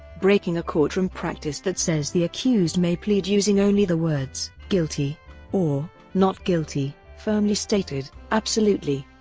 breaking a courtroom practice that says the accused may plead using only the words guilty or not guilty, firmly stated absolutely,